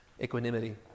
equanimity